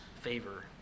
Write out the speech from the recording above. favor